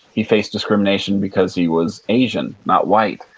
he faced discrimination because he was asian, not white.